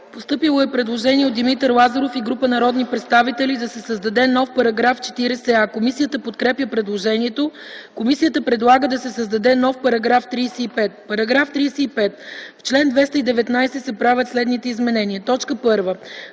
Постъпило е предложение от Димитър Лазаров и група народни представители – да се създаде нов § 40а. Комисията подкрепя предложението. Комисията предлага да се създаде нов § 35: “§ 35. В чл. 219 се правят следните изменения: 1. В ал.